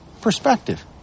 perspective